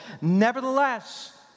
Nevertheless